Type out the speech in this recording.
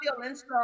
feelings